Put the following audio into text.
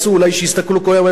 אולי שיסתכלו כל היום בטלוויזיה,